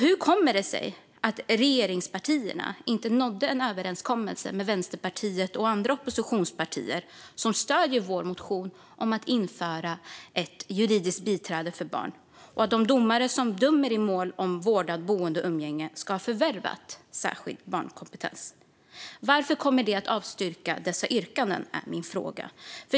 Hur kommer det sig att regeringen inte nådde en överenskommelse med oss i Vänsterpartiet och andra oppositionspartier som stöder vår motion om att införa ett juridiskt biträde för barn och om att de domare som dömer i mål om vårdnad, boende och umgänge ska ha förvärvat särskild barnkompetens? Varför avstyrker ni dessa yrkanden?